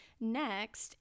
Next